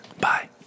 Bye